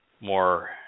more